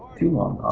too long,